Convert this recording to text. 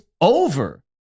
over